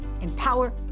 empower